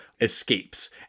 escapes